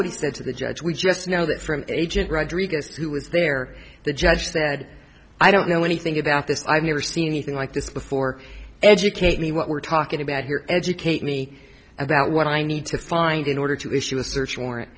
what he said to the judge we just know that from agent rodriguez who was there the judge said i don't know anything about this i've never seen anything like this before educate me what we're talking about here educate me about what i need to find in order to issue a search warrant